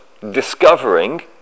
discovering